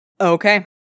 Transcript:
Okay